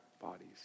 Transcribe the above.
bodies